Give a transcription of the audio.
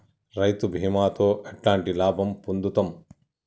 రైతు బీమాతో ఎట్లాంటి లాభం పొందుతం?